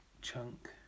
Chunk